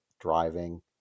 driving